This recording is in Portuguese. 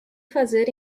fazer